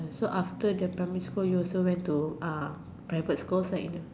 so after the primary school you also went to uh private school right